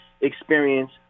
experience